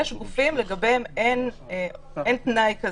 יש גופים שלגביהם אין תנאי כזה,